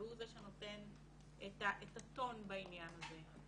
והוא זה שנותן את הטון בעניין הזה.